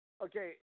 Okay